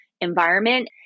environment